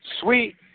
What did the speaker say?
Sweet